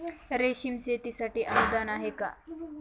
रेशीम शेतीसाठी अनुदान आहे का?